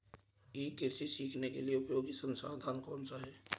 ई कृषि सीखने के लिए उपयोगी संसाधन क्या हैं?